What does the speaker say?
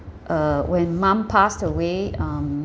uh when mom passed away um